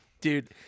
Dude